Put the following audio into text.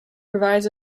provides